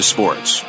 Sports